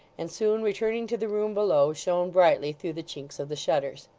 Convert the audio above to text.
and soon returning to the room below, shone brightly through the chinks of the shutters.